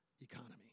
economy